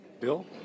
bill